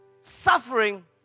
suffering